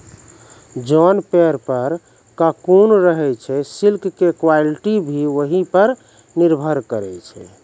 जोन पेड़ पर ककून रहै छे सिल्क के क्वालिटी भी वही पर निर्भर करै छै